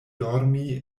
dormi